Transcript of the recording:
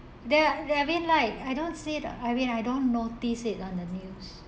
there there been like I don't see it I mean I don't notice it on the news